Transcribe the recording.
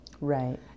Right